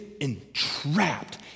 entrapped